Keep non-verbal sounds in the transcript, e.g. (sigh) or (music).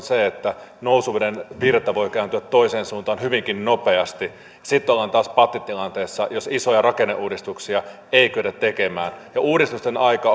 (unintelligible) se että nousuveden virta voi kääntyä toiseen suuntaan hyvinkin nopeasti ja sitten ollaan taas pattitilanteessa jos isoja rakenneuudistuksia ei kyetä tekemään uudistusten aika (unintelligible)